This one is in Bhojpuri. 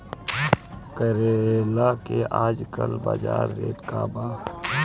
करेला के आजकल बजार रेट का बा?